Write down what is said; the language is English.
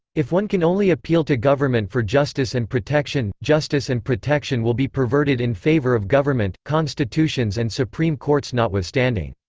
if one can only appeal to government for justice and protection, justice and protection will be perverted in favor of government, constitutions and supreme courts notwithstanding.